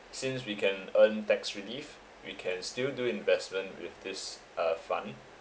since we can earn tax relief we can still do investment with this uh fund